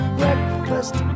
breakfast